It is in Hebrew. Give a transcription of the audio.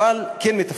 אבל כן מתפקדת.